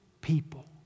people